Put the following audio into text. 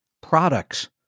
products